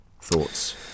Thoughts